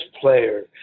player